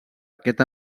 aquest